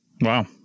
Wow